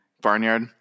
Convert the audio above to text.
Barnyard